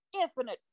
infinite